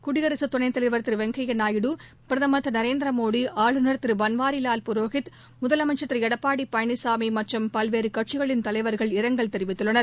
குடியரசுத் துணைத் தலைவர் திரு வெங்கப்யா நாயுடு பிரதமர் திரு நரேந்திரமோடி ஆளுநர் திரு பன்வாரிலால் புரோஹித் முதலமைச்சர் திரு எடப்பாடி பழனிசாமி மற்றும் பல்வேறு கட்சிகளின் தலைவர்கள் இரங்கல் தெரிவித்துள்ளனர்